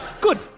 Good